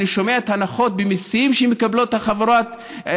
שומע על ההנחות במיסים שמקבלות החברות,